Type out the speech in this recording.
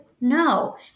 no